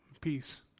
peace